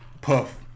Puff